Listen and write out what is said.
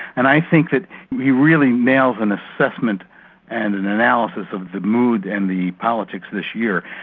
and i think that he really nails an assessment and an analysis of the mood and the politics this year.